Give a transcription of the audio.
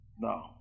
No